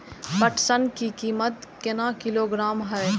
पटसन की कीमत केना किलोग्राम हय?